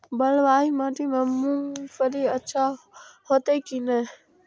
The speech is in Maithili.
बलवाही माटी में मूंगफली अच्छा होते की ने?